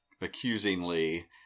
accusingly